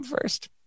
first